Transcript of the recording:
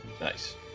Nice